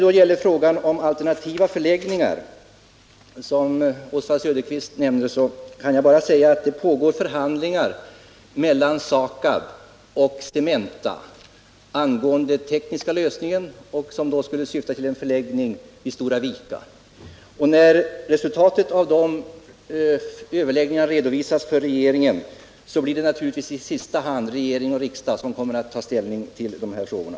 I fråga om alternativa förläggningar, som Oswald Söderqvist tar upp, kan jag bara säga att det pågår förhandlingar mellan SAKAB och Cementa angående den tekniska lösningen, som skulle gå ut på en förläggning i Stora Vika. När resultatet av de överläggningarna redovisats för regeringen blir det naturligtvis i sista hand regering och riksdag som kommer att ta ställning till de här frågorna.